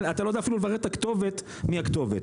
אתה לא יודע אפילו לברר את הכתובת מי הכתובת,